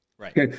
Right